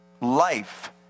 life